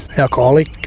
alcoholic,